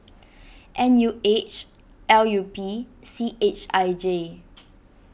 N U H L U P C H I J